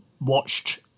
watched